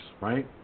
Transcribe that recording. right